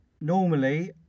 normally